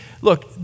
look